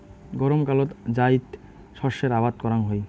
গরমকালত জাইদ শস্যের আবাদ করাং হই